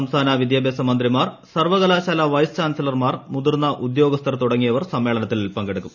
സംസ്ഥാന വിദ്യാഭ്യാസ മന്ത്രിമാർ സർവകലാശാല വൈസ് ചാൻസലർമാർ മുതിർന്ന ഉദ്യോഗസ്ഥർ തുടങ്ങിയവർ സമ്മേളനത്തിൽ പങ്കെടുക്കും